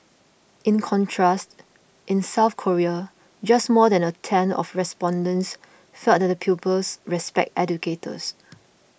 in contrast in South Korea just more than a tenth of respondents felt that pupils respect educators